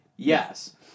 Yes